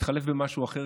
מתחלף במשהו אחר,